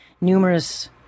numerous